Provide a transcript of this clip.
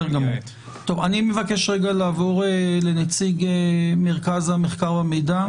אני מבקש רגע לעבור לנציג מרכז המחקר והמידע,